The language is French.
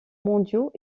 mondiaux